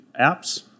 apps